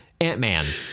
ant-man